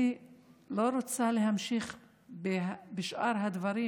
אני לא רוצה להמשיך בשאר הדברים,